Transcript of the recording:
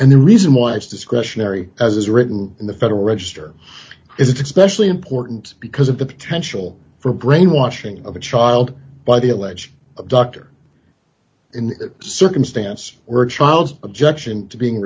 and the reason why it's discretionary as written in the federal register is especially important because of the potential for brainwashing of a child by the alleged abductor in that circumstance were child's objection to being